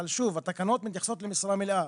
אבל שוב, התקנות מתייחסות למשרה מלאה.